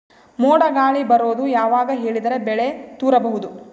ಮೋಡ ಗಾಳಿ ಬರೋದು ಯಾವಾಗ ಹೇಳಿದರ ಬೆಳೆ ತುರಬಹುದು?